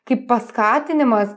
kaip paskatinimas